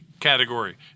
category